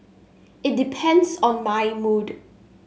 it depends on my mood